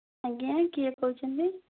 ଆଜ୍ଞା କିଏ କହୁଛନ୍ତି